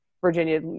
Virginia